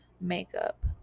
makeup